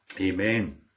Amen